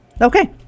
Okay